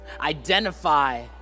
identify